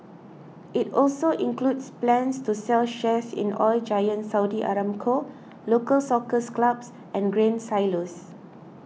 it also includes plans to sell shares in Oil Giant Saudi Aramco Local Soccer Clubs and Grain Silos